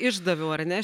išdaviau ar ne